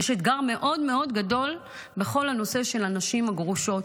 יש אתגר מאוד מאוד גדול בכל הנושא של הנשים הגרושות.